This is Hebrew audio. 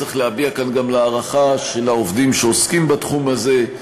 צריך להביע כאן גם הערכה לעובדים שעוסקים בתחום הזה,